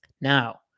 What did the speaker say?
Now